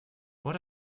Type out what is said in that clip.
what